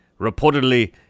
reportedly